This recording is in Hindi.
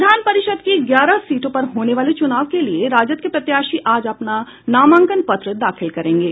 विधान परिषद की ग्यारह सीटों पर होने वाले चुनाव के लिये राजद के प्रत्याशी आज अपना नामांकन पत्र दाखिल करेंगे